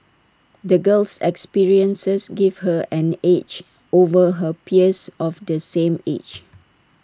the girl's experiences gave her an edge over her peers of the same age